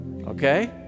Okay